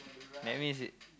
that means